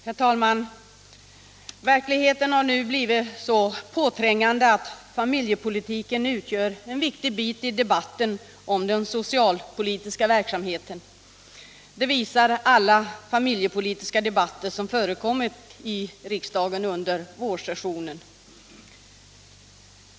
Herr talman! Verkligheten har nu blivit så påträngande att familjepolitiken utgör en viktig bit i debatten om den socialpolitiska verksamheten. Det visar alla familjepolitiska debatter som förekommit i riksdagen under vårsessionen.